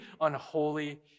unholy